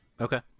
Okay